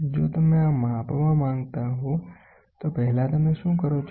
જો તમે આ માપવા માંગતા હો તો પહેલા તમે શું કરો છો